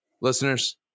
listeners